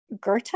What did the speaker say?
Goethe